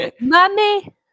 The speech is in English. Mommy